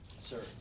Sir